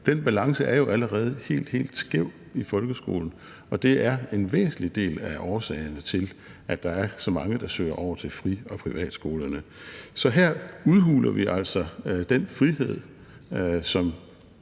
adfærd, er jo allerede helt, helt skæv i folkeskolen, og det er en væsentlig del af årsagerne til, at der er så mange, der søger over til fri- og privatskolerne. Så her udhuler vi altså den frihed, som